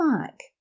back